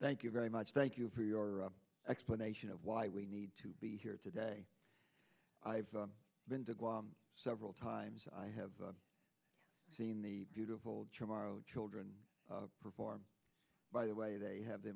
thank you very much thank you for your explanation of why we need to be here today i've been to guam several times i have seen the beautiful charo children performed by the way they have the